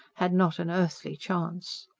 had not an earthly chance.